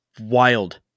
wild